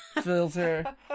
filter